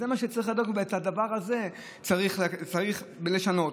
זה מה שצריך להדאיג, ואת הדבר הזה צריך לשנות.